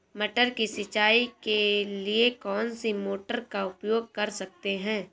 मटर की सिंचाई के लिए कौन सी मोटर का उपयोग कर सकते हैं?